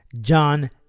John